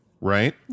right